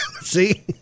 See